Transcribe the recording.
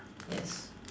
es